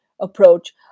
approach